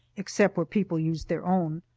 except where people used their own.